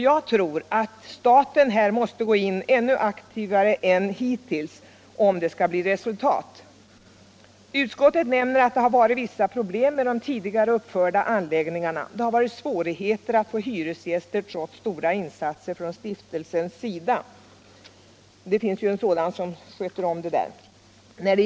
Jag tror att staten måste gå in ännu mer aktivt än hittills om det skall bli resultat. Utskottet nämner att det har varit vissa problem med de tidigare uppförda anläggningarna. Det har varit svårt att få hyresgäster trots stora ansträngningar från stiftelsens sida — det finns ju en sådan som sköter detta.